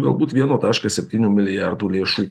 galbūt vieno taškas septynių milijardo lėšų